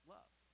love